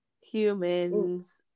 humans